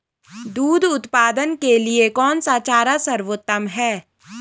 दूध उत्पादन के लिए कौन सा चारा सर्वोत्तम है?